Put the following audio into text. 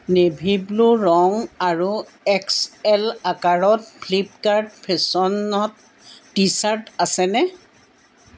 navy blue ৰঙ আৰু XL আকাৰত ফ্লিপকাৰ্ট ফেশ্বনত টি শ্বাৰ্ট আছেনে